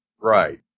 Right